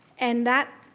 and that,